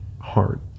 hard